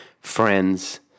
friends